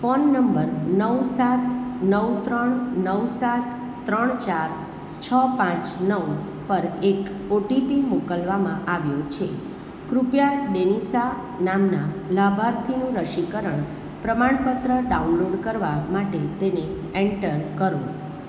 phone number નવ સાત નવ ત્રણ નવ સાત ત્રણ ચાર છ પાંચ નવ પર એક ઓટીપી મોકલવામાં આવ્યો છે કૃપયા ડેનિશા નામનાં લાભાર્થીનું રસીકરણ પ્રમાણપત્ર ડાઉનલોડ કરવા માટે તેને એન્ટર કરો